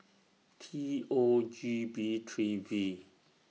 T O G B three V